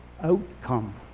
outcome